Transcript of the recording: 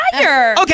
Okay